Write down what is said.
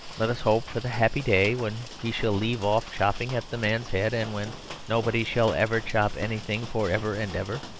let us hope for the happy day when he shall leave off chopping at the man's head and when nobody shall ever chop anything for ever and ever.